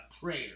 prayer